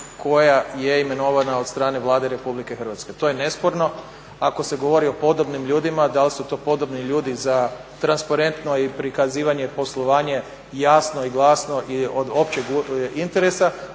koja je imenovana od strane Vlade Republike Hrvatske. To je nesporno ako se govori o podobni ljudima, da li su to podobni ljudi za transparentno i prikazivanje poslovanja, jasno i glasno i od općeg interesa